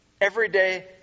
everyday